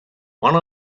one